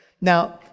Now